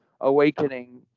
awakening